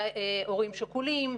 להורים שכולים,